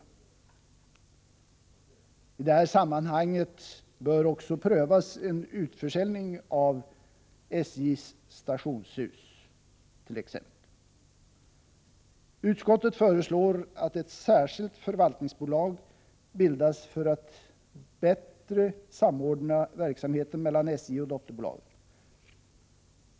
I detta sammanhang bör också prövas en utförsäljning av SJ:s stationshus, t.ex. Utskottet föreslår att ett särskilt förvaltningsbolag bildas för att bättre samordna verksamheten mellan SJ och dotterbolagen.